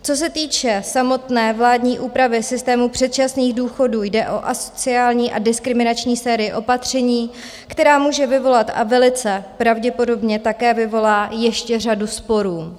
Co se týče samotné vládní úpravy systému předčasných důchodů, jde o asociální a diskriminační sérii opatření, která může vyvolat a velice pravděpodobně také vyvolá ještě řadu sporů.